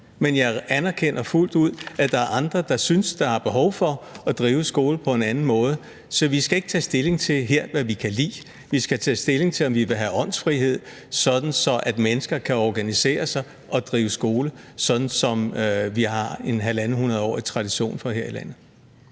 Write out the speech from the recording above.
men jeg anerkender fuldt ud, at der er andre, der synes, at der er behov for at drive skole på en anden måde. Så vi skal ikke her tage stilling til, hvad vi kan lide. Vi skal tage stilling til, om vi vil have åndsfrihed, sådan at mennesker kan organisere sig og drive skole, sådan som vi har en 150-årig tradition for her i landet.